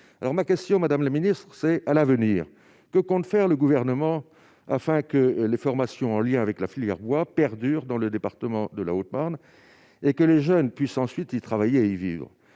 formations pourvoyeuses d'emplois. Par conséquent, que compte faire le Gouvernement pour que les formations en lien avec la filière bois perdurent dans le département de la Haute-Marne et que les jeunes puissent ensuite y travailler et y vivre ?